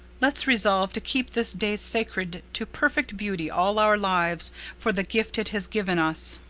let's resolve to keep this day sacred to perfect beauty all our lives for the gift it has given us.